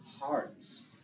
Hearts